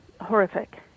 horrific